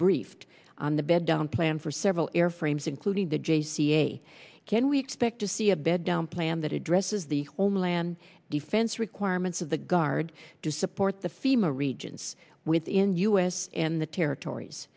briefed on the bed down plan for several airframes including the j c a can we expect to see a bed down plan that addresses the only and defense requirements of the guard to support the fema regions within us and the territories